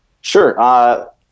Sure